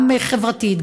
גם חברתית,